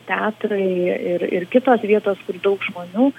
teatrai ir ir kitos vietos kur daug žmonių